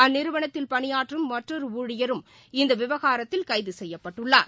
அந்நிறுவனத்தில் பணியாற்றும் மற்றொரு ஊழியரும் இந்த விவகாரத்தில் கைது செய்யப்பட்டுள்ளார்